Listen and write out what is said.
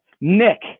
Nick